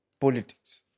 politics